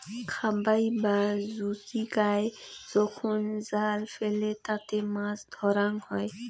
খাবাই বা জুচিকায় যখন জাল ফেলে তাতে মাছ ধরাঙ হই